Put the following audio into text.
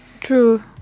True